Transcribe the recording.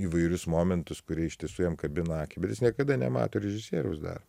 įvairius momentus kurie iš tiesų jam kabina akį bet jis niekada nemato režisieriaus darbo